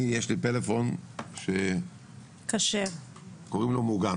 יש לי פלאפון שקוראים לו מוגן.